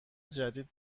جدید